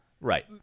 right